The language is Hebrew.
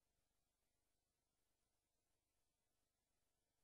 ממילא, כי אתם